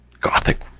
Gothic